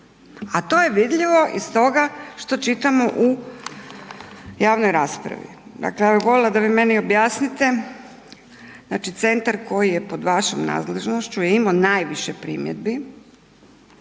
A to je vidljivo iz toga što čitamo u javnoj raspravi. Dakle, ja bih voljela da vi meni objasnite, znači centar koji je pod vašom nadležnošću je imao najviše primjedbi